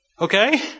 okay